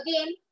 again